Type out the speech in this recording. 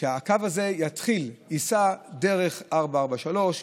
שהקו הזה ייסע דרך 443,